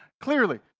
Clearly